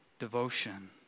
devotion